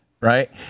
right